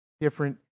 different